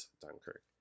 Dunkirk